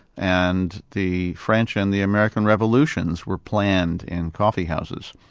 and the french and the american revolutions were planned in coffee houses.